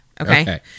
Okay